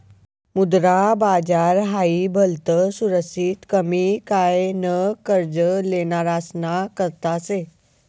मुद्रा बाजार हाई भलतं सुरक्षित कमी काय न कर्ज लेनारासना करता शे